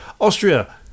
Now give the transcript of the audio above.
Austria